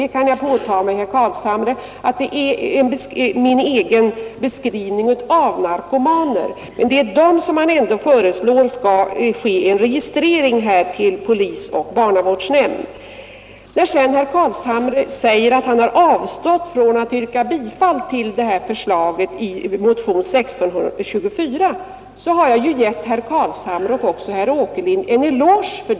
Det kan jag påta mig, herr Carlshamre, är att det är min egen beskrivning av narkomaner. Det är ändå dessa olyckliga människor som man föreslår skall registreras hos polis och barnavårdsnämnd. Herr Carlshamre säger att han avstått från att yrka bifall till förslaget i motionen 1624. Det har jag gett herr Carlshamre och även herr Åkerlind en eloge för.